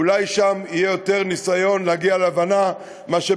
אולי שם יהיה יותר ניסיון להגיע להבנה מאשר